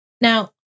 Now